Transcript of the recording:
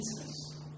Jesus